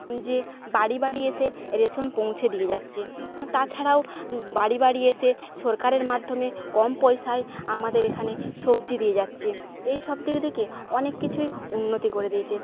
যে বাড়ি বাড়ি এসে রেশন পৌঁছে দিয়ে যাচ্ছে তাছাড়াও বাড়ি বাড়ি এসে সরকারের মাধ্যমে কম পয়সায় আমাদের এখানে সবজি দিয়ে যাচ্ছে এইসব দিক দিকে অনেক কিছুই উন্নতি করে দিয়েছে